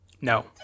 No